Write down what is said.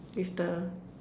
with the